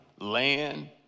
land